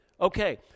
okay